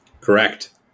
Correct